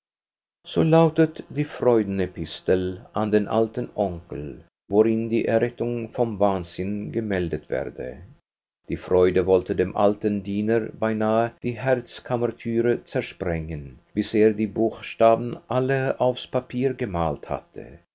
so lautete die freuden epistel an den alten onkel worin die errettung vom wahnsinn gemeldet werde die freude wollte dem alten diener beinahe die herzkammertüre zersprengen bis er die buchstaben alle aufs papier gemalt hatte